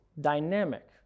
Dynamic